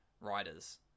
riders